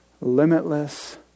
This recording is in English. limitless